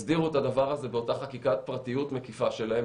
הסדירו את הדבר הזה באותה חקיקת פרטיות מקיפה שלהם.